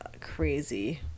crazy